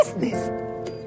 business